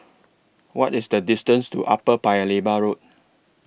What IS The distance to Upper Paya Lebar Road